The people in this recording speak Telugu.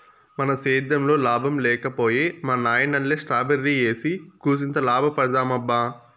మన సేద్దెంలో లాభం లేక పోయే మా నాయనల్లె స్ట్రాబెర్రీ ఏసి కూసింత లాభపడదామబ్బా